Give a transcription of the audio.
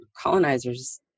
colonizers